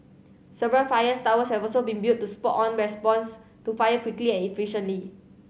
several fires towers have also been built to spot on response to fire quickly and efficiently